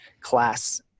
class